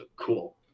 Cool